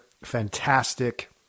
fantastic